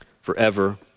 forever